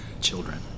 Children